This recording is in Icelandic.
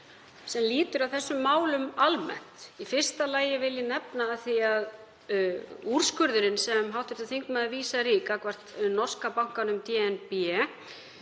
sem lýtur að þessum málum almennt. Í fyrsta lagi vil ég nefna að úrskurðurinn sem hv. þingmaður vísar í, gagnvart norska bankanum DNB,